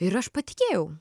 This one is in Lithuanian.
ir aš patikėjau